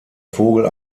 vogel